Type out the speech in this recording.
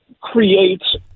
creates